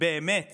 באמת